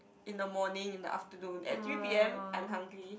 in the morning in the afternoon at three p_m I'm hungry